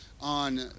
on